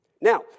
Now